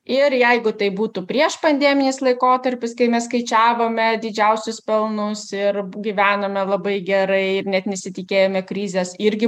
ir jeigu tai būtų prieš pandeminis laikotarpis kai mes skaičiavome didžiausius pelnus ir gyvenome labai gerai net nesitikėjome krizės irgi